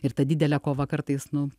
ir ta didelė kova kartais nu